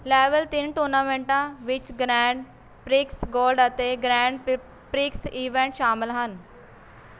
level ਤਿੰਨ ਟੂਰਨਾਮੈਂਟਾਂ ਵਿੱਚ ਗਰੈਂਡ ਪ੍ਰਿਕਸ ਗੋਲਡ ਅਤੇ ਗਰੈਂਡ ਪ੍ਰਿਕਸ ਈਵੈਂਟ ਸ਼ਾਮਲ ਹਨ